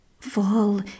Fall